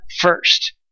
first